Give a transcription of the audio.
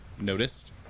noticed